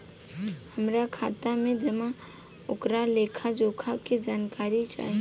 हमार खाता में पैसा ओकर लेखा जोखा के जानकारी चाही?